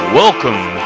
Welcome